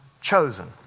chosen